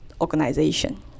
organization